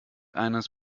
eines